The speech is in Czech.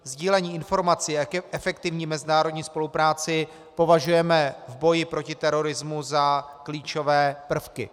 Sdílení informací k efektivní mezinárodní spolupráci považujeme v boji proti terorismu za klíčové prvky.